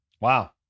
Wow